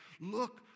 Look